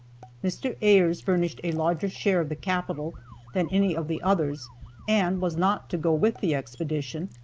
mr. ayres furnished a larger share of the capital than any of the others and was not to go with the expedition,